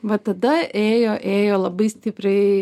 va tada ėjo ėjo labai stipriai